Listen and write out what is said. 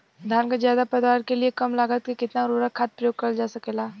धान क ज्यादा पैदावार के लिए कम लागत में कितना उर्वरक खाद प्रयोग करल जा सकेला?